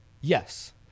yes